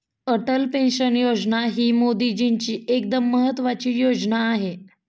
Atal pension Yojana ही मोदीजींची एकदम महत्त्वाची योजना आहे